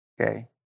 okay